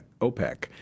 OPEC